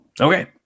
Okay